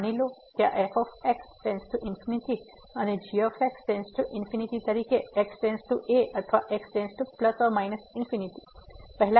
તો માની લો કે આ f →∞ અને g →∞ તરીકે x → a અથવા x →±∞ પહેલાના કેસની જેમ